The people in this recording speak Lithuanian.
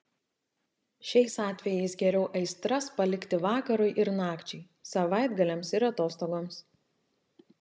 šiais atvejais geriau aistras palikti vakarui ir nakčiai savaitgaliams ir atostogoms